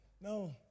No